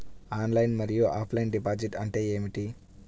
Online మరియు offline deposit అంటే ఏమిటి?